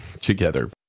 together